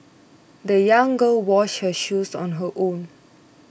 the young girl washed her shoes on her own